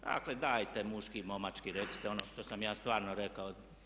Dakle, dajte muški, momački recite ono što sam ja stvarno rekao.